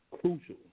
crucial